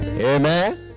Amen